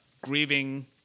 grieving